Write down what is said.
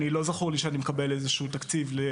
לא זכור לי שאני מקבל איזשהו תקציב לרכוש את הרובוט.